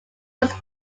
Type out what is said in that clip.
was